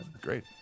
great